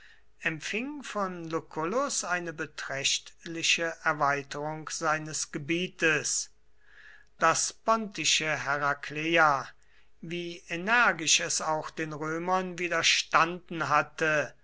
empfing von lucullus eine beträchtliche erweiterung seines gebietes das pontische herakleia wie energisch es auch den römern widerstanden hatte